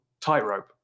tightrope